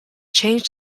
change